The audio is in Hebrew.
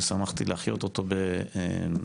ששמחתי להחיות אותו בזמנו.